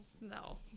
no